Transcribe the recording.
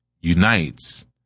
unites